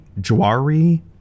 Jawari